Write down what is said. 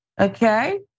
Okay